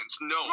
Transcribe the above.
No